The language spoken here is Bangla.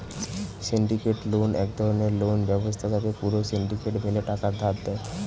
সিন্ডিকেটেড লোন এক ধরণের লোন ব্যবস্থা যাতে পুরো সিন্ডিকেট মিলে টাকা ধার দেয়